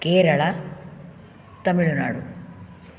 Kerala Tamil Nadu